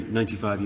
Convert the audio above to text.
95